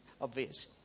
Obvious